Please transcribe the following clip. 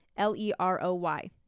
L-E-R-O-Y